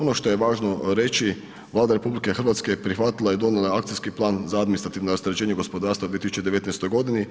Ono što je važno reći, Vlada RH prihvatila je i donijela akcijski plan za administrativna rasterećenja gospodarstva u 2019. godini.